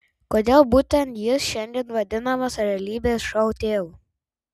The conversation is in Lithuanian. kodėl būtent jis šiandien vadinamas realybės šou tėvu